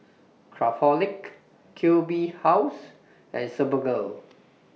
Craftholic Q B House and Superga